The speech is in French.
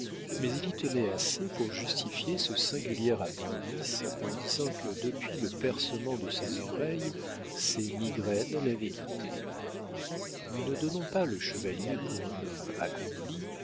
mais il y tenait assez pour justifier ce singulier appendice en disant que depuis le percement de ses oreilles ses migraines l'avaient quitté nous ne donnons pas le chevalier pour un homme accompli